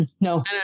no